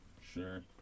Sure